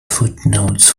footnotes